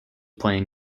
playing